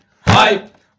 hype